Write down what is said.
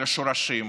על השורשים,